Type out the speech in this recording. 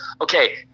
okay